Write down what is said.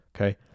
Okay